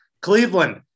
Cleveland